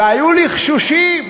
והיו לחשושים: